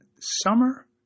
Summer